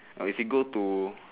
or if you go to